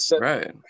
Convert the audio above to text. right